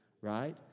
right